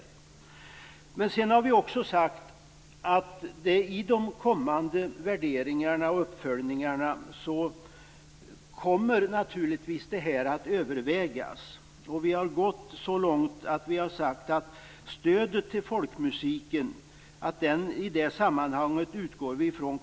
Vi har också sagt att detta naturligtvis kommer att övervägas i de kommande värderingarna och uppföljningarna. Vi har gått så långt att vi har sagt att vi utgår från att stödet till folkmusiken i detta sammanhang kommer att prövas.